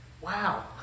Wow